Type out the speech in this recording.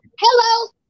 hello